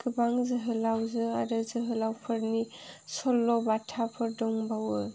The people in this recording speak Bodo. गोबां जोहोलावजो आरो जोहोलावफोरनि सल' बाथाफोर दंबावो